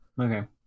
Okay